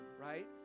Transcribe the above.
right